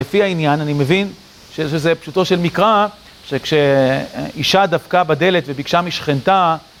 לפי העניין אני מבין שזה פשוטו של מקרא שכשאישה דפקה בדלת וביקשה משכנתה